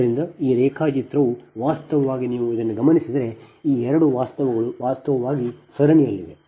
ಆದ್ದರಿಂದ ಈ ರೇಖಾಚಿತ್ರವು ವಾಸ್ತವವಾಗಿ ನೀವು ಇದನ್ನು ಗಮನಿಸಿದರೆ ಈ ಎರಡು ವಾಸ್ತವವಾಗಿ ಸರಣಿಯಲ್ಲಿವೆ